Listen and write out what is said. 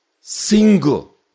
single